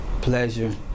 pleasure